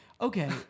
Okay